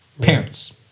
Parents